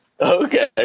Okay